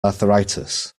arthritis